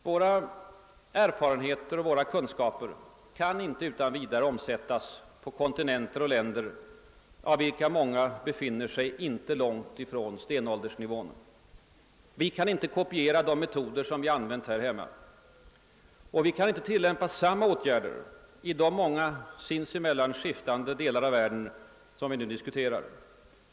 Våra erfarenheter och våra kunskaper kan inte utan vidare omsättas på kontinenter och länder, av vilka många befinner sig inte långt ifrån stenåldersnivån. Vi kan inte kopiera de metoder som vi använt här hemma, och vi kan inte tillämpa samma åtgärder i de många sinsemellan skiftande delar av världen som vi nu diskuterar.